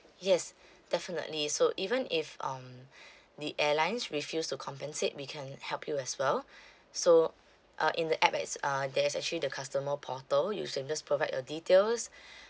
yes definitely so even if um the airlines refuse to compensate we can help you as well so uh in the app act~ uh there's actually the customer portal you can just provide your details